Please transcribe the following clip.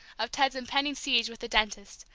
of ted's impending siege with the dentist,